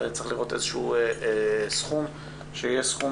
צריך לראות איזה שהוא סכום שיהיה סכום